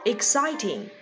Exciting